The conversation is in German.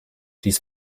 dies